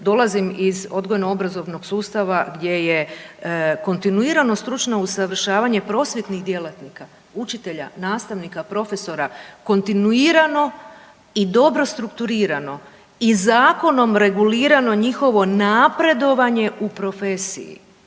dolazim iz odgojno-obrazovnog sustava gdje je kontinuirano stručno usavršavanje prosvjetnih djelatnika, učitelja, nastavnika, profesora kontinuirano i dobro strukturirano i zakonom regulirano njihovo napredovanje u profesiji.